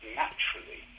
naturally